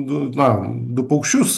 du na du paukščius